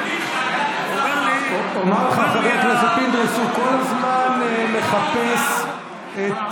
אומר לך, חבר הכנסת פינדרוס, הוא כל הזמן מחפש את